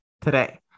today